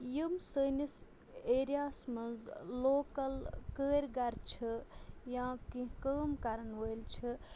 یِم سٲنِس ایریاہَس منٛز لوکَل کٲرۍ گَر چھِ یا کینٛہہ کٲم کَرَن وٲلۍ چھِ